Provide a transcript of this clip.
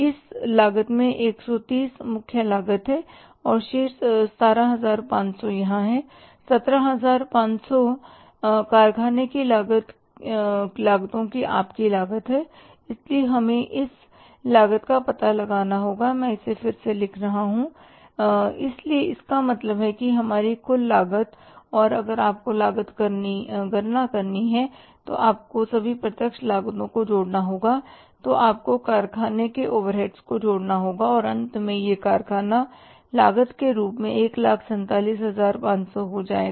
इस लागत में 130 मुख्य लागत है और शेष 17500 यहां है 17500 कारखाने की लागतों की आपकी लागत है इसलिए हमें इस लागत का पता लगाना होगा मैं इसे फिर से लिख रहा हूं इसलिए इसका मतलब है हमारी कुल लागत और अगर आपको गणना करनी है कि आपको सभी प्रत्यक्ष लागतों को जोड़ना है तो आपको कारखाने के ओवरहेड्स को जोड़ना होगा और अंत में यह कारखाना लागत के रूप में 147500 हो जाएगा